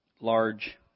large